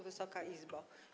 Wysoka Izbo!